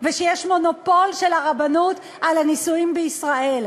ושיש מונופול של הרבנות על הנישואים בישראל,